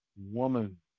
woman